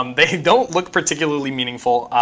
um they don't look particularly meaningful.